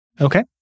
Okay